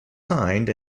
signed